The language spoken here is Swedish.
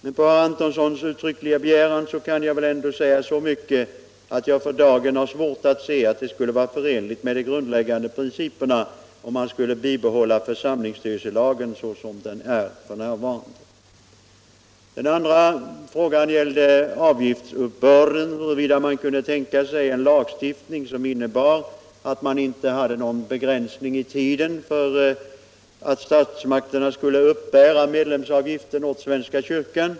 Men på herr Antonssons uttryckliga begäran kan - Om en redogörelse jag väl ändå säga så mycket att jag för dagen har svårt att se att det — för överläggningarskulle vara förenligt med de grundläggande principerna om vi bibehöll — na i stat-kyrka-fråförsamlingsstyrelselagen i den form den nu har. gan Den andra frågan var huruvida man kunde tänka sig en lagstiftning som innebar att det inte förekom någon begränsning i tiden för statsmakternas uppbörd av medlemsavgiften för svenska kyrkan.